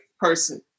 person